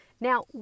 Now